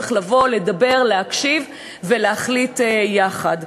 צריך לבוא, לדבר, להקשיב, ולהחליט יחד.